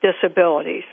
disabilities